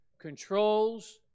controls